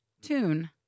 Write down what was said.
tune